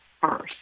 first